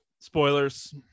spoilers